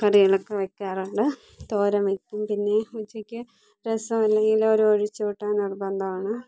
കറികളൊക്കെ വെക്കാറുണ്ട് തോരൻ വെക്കും പിന്നെ ഉച്ചക്ക് രസം അല്ലെങ്കിൽ ഒരു ഒഴിച്ചുകൂട്ടാൻ നിർബന്ധമാണ്